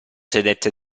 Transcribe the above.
sedette